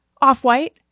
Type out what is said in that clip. off-white